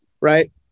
right